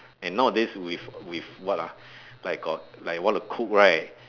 and nowadays with with what ah like got like you want to cook right